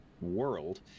world